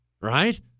Right